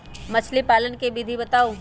मछली पालन के विधि बताऊँ?